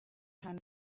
pan